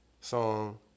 song